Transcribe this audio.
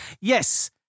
Yes